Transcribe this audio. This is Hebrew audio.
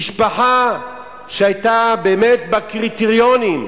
משפחה שהיתה באמת בקריטריונים,